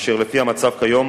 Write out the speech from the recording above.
אשר לפי המצב כיום,